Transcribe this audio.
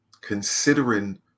considering